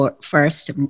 first